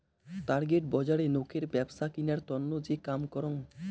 target বজারে নোকের ব্যপছা কিনার তন্ন যে কাম করং